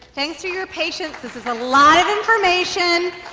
thanks for your patience. this is a lot of information.